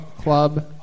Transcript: Club